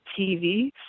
TV